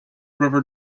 river